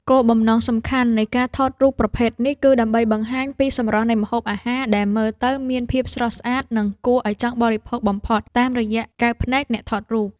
គោលបំណងសំខាន់នៃការថតរូបប្រភេទនេះ គឺដើម្បីបង្ហាញពីសម្រស់នៃម្ហូបអាហារដែលមើលទៅមានភាពស្រស់ស្អាត និងគួរឱ្យចង់បរិភោគបំផុតតាមរយៈកែវភ្នែកអ្នកថតរូប។